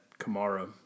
Kamara